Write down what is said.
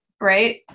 Right